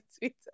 twitter